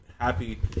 happy